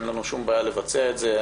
אין לנו שום בעיה לבצע את זה.